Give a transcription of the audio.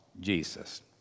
Jesus